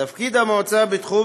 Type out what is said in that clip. תפקיד המועצה בתחום